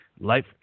Life